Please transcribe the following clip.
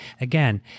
Again